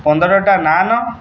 ପନ୍ଦରଟା ନାନ୍